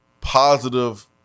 positive –